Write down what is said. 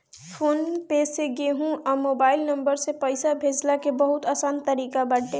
phone पे से केहू कअ मोबाइल नंबर से पईसा भेजला के बहुते आसान तरीका बाटे